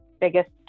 biggest